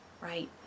right